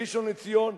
בראשון-לציון,